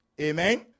Amen